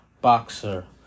boxer